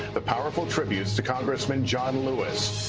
the powerful tributes to congressman john lewis.